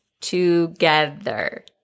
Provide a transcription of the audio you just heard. together